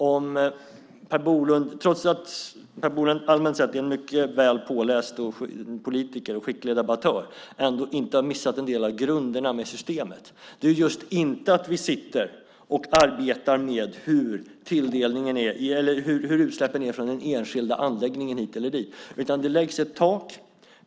Har Per Bolund, trots att Per Bolund allmänt sett är en mycket väl påläst politiker och skicklig debattör, ändå inte missat en del av grunderna med systemet? Det är inte att vi arbetar med hur utsläppen från den enskilda anläggningen hit eller dit är utan det läggs ett tak.